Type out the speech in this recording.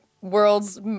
world's